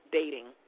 dating